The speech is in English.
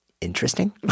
interesting